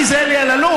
אני זה אלי אלאלוף,